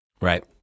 Right